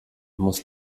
muss